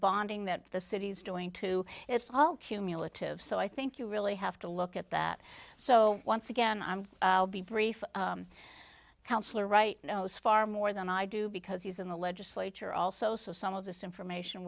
bonding that the city's doing to it's all cumulative so i think you really have to look at that so once again i'm be brief counsellor right knows far more than i do because he's in the legislature also so some of this information